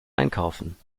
einkaufen